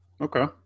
Okay